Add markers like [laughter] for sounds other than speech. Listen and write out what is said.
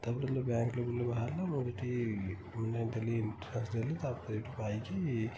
ତା'ପରେ ଯେତେବେଳେ ବ୍ୟାଙ୍କରେ [unintelligible] ବାହାରିଲା ମୁଁ ହେଠି ମାନେ ଦେଲି ଏନ୍ଟ୍ରାନ୍ସ୍ ଦେଲି ତା'ପରେ ହେଠୁ ପାଇକି